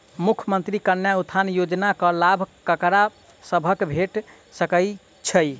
मुख्यमंत्री कन्या उत्थान योजना कऽ लाभ ककरा सभक भेट सकय छई?